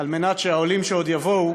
כדי שהעולים שעוד יבואו